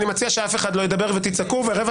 אני מציע שאף אחד לא ידבר ותצעקו ברבע